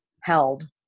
held